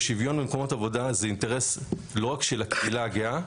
במקומות עבודה זה אינטרס לא רק של הקהילה הגאה,